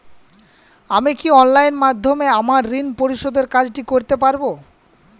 আমি কি অনলাইন মাধ্যমে আমার ঋণ পরিশোধের কাজটি করতে পারব?